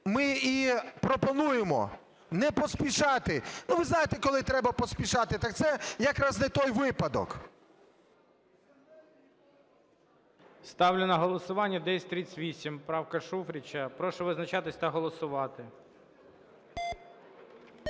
ми і пропонуємо не поспішати. Ви знаєте, коли треба поспішати, так це якраз не той випадок. ГОЛОВУЮЧИЙ. Ставлю на голосування 1038, правка Шуфрича. Прошу визначатися та голосувати.